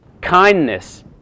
Kindness